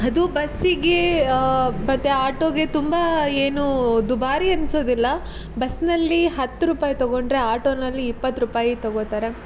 ಅದು ಬಸ್ಸಿಗೆ ಮತ್ತು ಆಟೋಗೆ ತುಂಬ ಏನೂ ದುಬಾರಿ ಅನ್ನಿಸೋದಿಲ್ಲ ಬಸ್ನಲ್ಲಿ ಹತ್ತು ರೂಪಾಯಿ ತೊಗೊಂಡರೆ ಆಟೋನಲ್ಲಿ ಇಪ್ಪತ್ತು ರೂಪಾಯಿ ತೊಗೋತಾರೆ